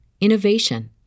innovation